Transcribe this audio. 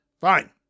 Fine